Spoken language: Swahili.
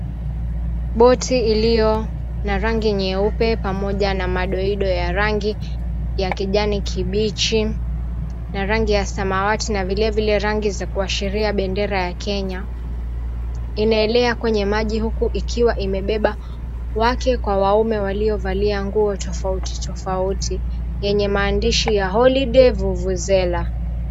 Boti iliyona rangi nyeupe pamoja na madoido ya rangi ya kijani kibichi na rangi ya samawati na vilevile rangi za kuashiria bendera ya Kenya. Inaelea kwenye maji huku ikiwa imebeba wake kwa waume waliovalia nguo tofauti tofauti, yenye maandishi ya, HOLIDAY VUVUZELA.